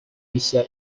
nshya